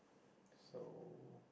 so